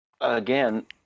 again